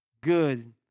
good